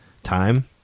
Time